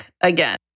again